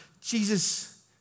Jesus